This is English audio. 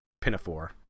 pinafore